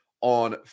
on